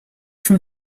from